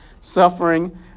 suffering